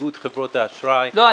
איגוד חברות האשראי -- לא,